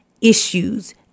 issues